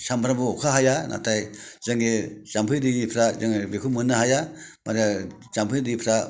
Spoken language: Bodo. सानफ्रोमबो अखा हाया नाथाय जोंनि जामफै दैफ्रा जोङो बेखौ मोननो हाया माने जामफै दैफ्रा